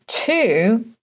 Two